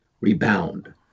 rebound